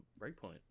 Breakpoint